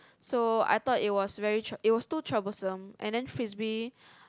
so I thought it was very it was too troublesome and then frisbee